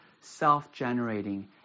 self-generating